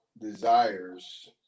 desires